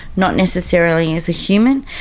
not necessarily as a human.